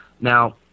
Now